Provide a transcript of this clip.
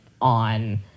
on